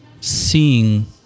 seeing